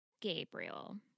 Gabriel